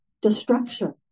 destruction